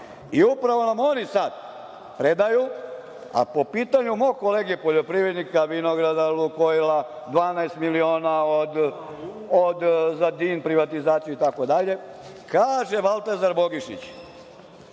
Upravo nam oni sad predaju, a po pitanju mog kolege poljoprivrednika, vinograda, Lukojila, 12 miliona za DIN privatizaciju itd, kaže Valtazar Bogišić